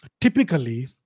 typically